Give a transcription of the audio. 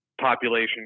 population